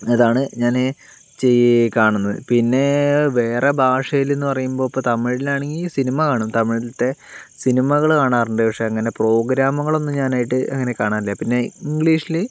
ഇതാണ് ഞാൻ കാണുന്നത് പിന്നെ വേറെ ഭാഷയിലെന്നു പറയുമ്പോൾ ഇപ്പോൾ തമിഴിലാണെങ്കിൽ സിനിമ കാണും തമിഴിലത്തെ സിനിമകൾ കാണാറുണ്ട് പക്ഷെ അങ്ങനെ പ്രോഗ്രാമുകളൊന്നും ഞാനായിട്ട് അങ്ങനെ കാണാറില്ല പിന്നെ ഇംഗ്ലീഷിൽ